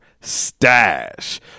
stash